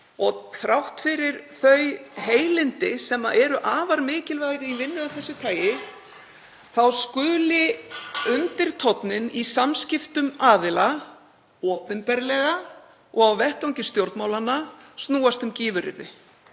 og þrátt fyrir þau heilindi sem eru afar mikilvæg í vinnu af þessu tagi, skuli undirtónninn í samskiptum aðila opinberlega og á vettvangi stjórnmálanna snúast um gífuryrði.